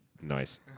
Nice